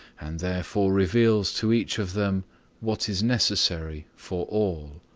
and therefore reveals to each of them what is necessary for all.